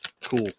cool